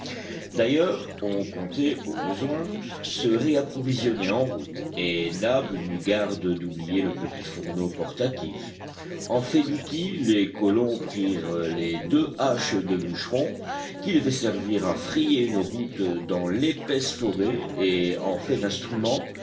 d'ailleurs on comptait au besoin se réapprovisionner en route et nab n'eut garde d'oublier le petit fourneau portatif en fait d'outils les colons prirent les deux haches de bûcheron qui devaient servir à frayer une route dans l'épaisse forêt et en fait d'instruments